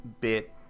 bit